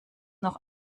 noch